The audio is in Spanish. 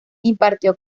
impartió